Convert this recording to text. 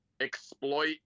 exploit